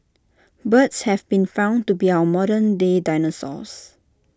birds have been found to be our modern day dinosaurs